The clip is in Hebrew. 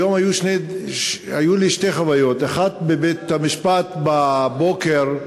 היום היו לי שתי חוויות, אחת בבית-המשפט בבוקר,